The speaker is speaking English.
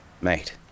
Mate